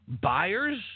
buyers